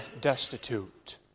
destitute